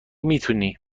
میتونی